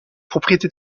propriétés